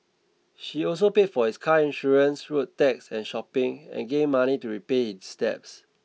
she also paid for his car insurance road tax and shopping and gave money to repay his debts